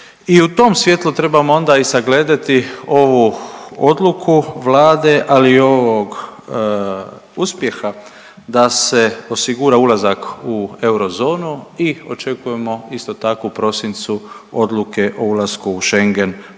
i u tom svjetlu trebamo onda i sagledati ovu odluku Vlade, ali i ovog uspjeha da se osigura ulazak u eurozonu i očekujemo isto tako u prosincu odluke o ulasku u Schengen